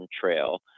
Trail